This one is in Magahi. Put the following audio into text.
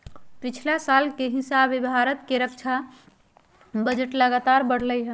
पछिला साल के हिसाबे भारत के रक्षा बजट लगातार बढ़लइ ह